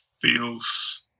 feels